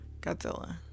Godzilla